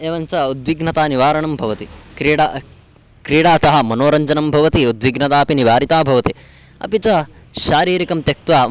एवञ्च उद्विग्नतानिवारणं भवति क्रीडा क्रीडातः मनोरञ्जनं भवति उद्विग्नता अपि निवारिता भवति अपि च शारीरिकं त्यक्त्वा